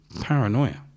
Paranoia